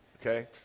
okay